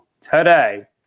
today